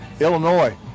Illinois